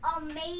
amazing